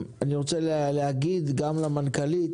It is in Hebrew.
אני רוצה להגיד גם למנכ"לית,